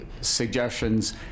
suggestions